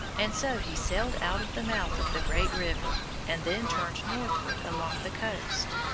and so he sailed out of the mouth of the great river, and then turned northward along the coast.